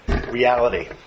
reality